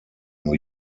new